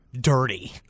dirty